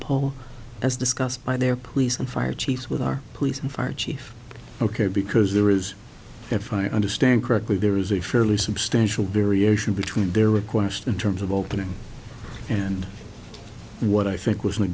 walpole as discussed by their police and fire chiefs with our police and fire chief ok because there is if i understand correctly there is a fairly substantial variation between their request in terms of opening and what i think was